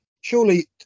surely